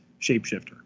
shapeshifter